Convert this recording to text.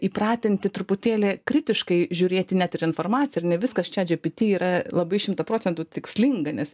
įpratinti truputėlį kritiškai žiūrėti net kad informacija ne viskas chatgpt yra labai šimtą procentų tikslinga nes